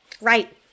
right